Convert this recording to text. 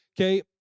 okay